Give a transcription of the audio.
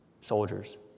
soldiers